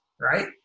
right